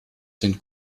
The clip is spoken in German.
den